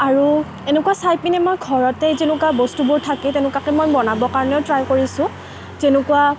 আৰু এনেকুৱা চাই পিনে মই ঘৰতে যেনেকুৱা বস্তুবোৰ থাকে তেনেকুৱাকৈ মই বনাবৰ কাৰণেও ট্ৰাই কৰিছোঁ যেনেকুৱা